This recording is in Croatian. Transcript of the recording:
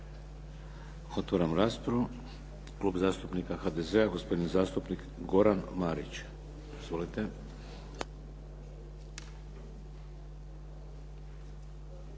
Otvaram raspravu. Klub zastupnika HDZ-a, gospodin zastupnik Goran Marić. Izvolite.